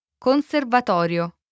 Conservatorio